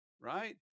Right